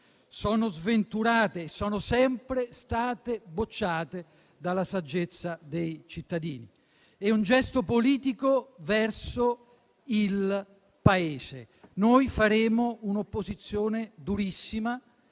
sono sventurate, sono sempre state bocciate dalla saggezza dei cittadini; ed è un gesto politico verso il Paese: noi faremo un'opposizione durissima